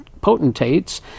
potentates